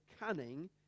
cunning